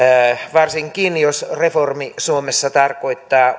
varsinkin jos reformi suomessa tarkoittaa